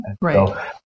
Right